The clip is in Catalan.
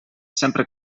sempre